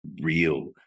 real